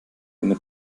mit